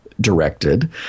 directed